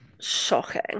shocking